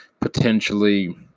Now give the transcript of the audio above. potentially